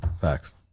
facts